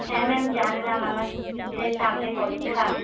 হ্যাঁ ম্যাম জানলাম আমাদের সামনে পরীক্ষা